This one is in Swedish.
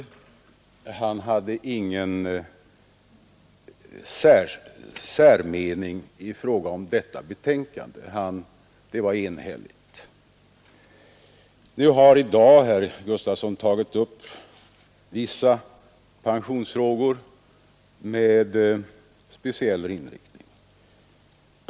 Herr Gustavsson hade ingen särmening i fråga om betänkandet som var enhälligt. I dag har herr Gustavsson tagit upp vissa pensionsfrågor med speciell inriktning.